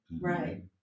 Right